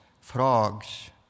frogs